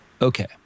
Okay